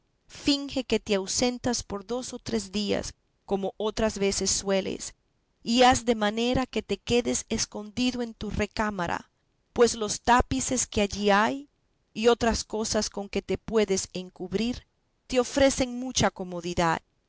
finge que te ausentas por dos o tres días como otras veces sueles y haz de manera que te quedes escondido en tu recámara pues los tapices que allí hay y otras cosas con que te puedas encubrir te ofrecen mucha comodidad